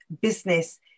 business